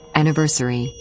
anniversary